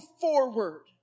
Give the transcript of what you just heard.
forward